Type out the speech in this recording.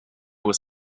was